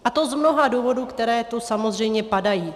A to z mnoha důvodů, které tu samozřejmě padají.